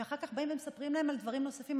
ואחר כך הם באים ומספרים להם על דברים נוספים,